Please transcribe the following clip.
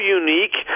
unique